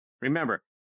Remember